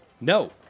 No